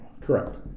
Correct